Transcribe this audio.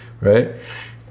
right